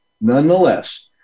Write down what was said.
Nonetheless